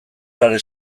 sare